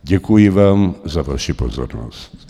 Děkuji vám za vaši pozornost.